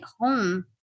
home